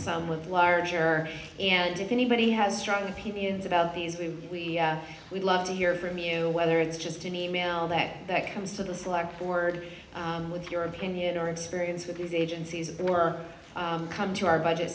some with larger and if anybody has strong opinions about these we would love to hear from you whether it's just an e mail that that comes to the slug board with your opinion or experience with these agencies work come to our budget